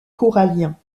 corallien